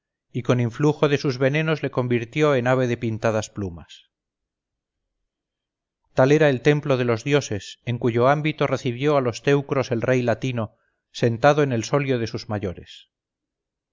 y con influjo de sus venenos le convirtió en ave de pintadas plumas tal era el templo de los dioses en cuyo ámbito recibió a los teucros el rey latino sentado en el solio de sus mayores